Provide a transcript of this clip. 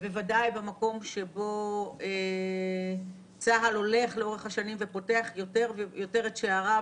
ובוודאי במקום שבו צה"ל הולך לאורך השנים ופותח יותר ויותר את שעריו